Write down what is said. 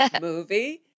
movie